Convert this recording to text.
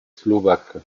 slovaque